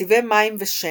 צבעי מים ושמן,